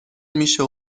میشه